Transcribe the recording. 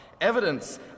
evidence